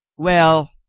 well,